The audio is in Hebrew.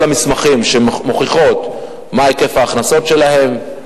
המסמכים שמוכיחים מה היקף ההכנסות שלהן.